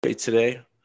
today